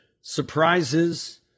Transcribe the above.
surprises